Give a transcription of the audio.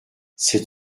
c’est